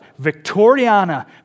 Victoriana